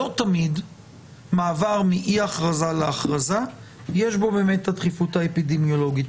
לא תמיד מעבר מאי הכרזה להכרזה יש בו באמת את הדחיפות האפידמיולוגית.